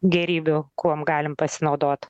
gėrybių kuom galim pasinaudot